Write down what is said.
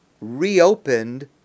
reopened